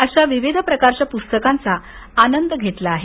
अशा विविध प्रकारच्या पुस्तकांचा आनंद घेतला आहे